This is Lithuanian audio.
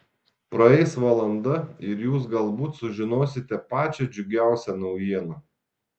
praeis valanda ir jūs galbūt sužinosite pačią džiugiausią naujieną